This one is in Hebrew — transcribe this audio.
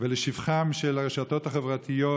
ולשבחן של הרשתות החברתיות,